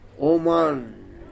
Oman